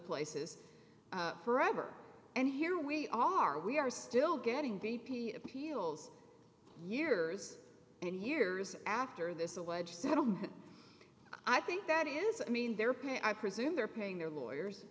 places forever and here we are we are still getting b p appeals years and years after this alleged settlement i think that is i mean they're paying i presume they're paying their lawyers